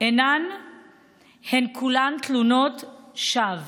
הם כולן תלונות שווא.